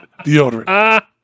deodorant